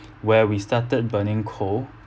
where we started burning coal